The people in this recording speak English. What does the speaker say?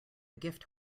gift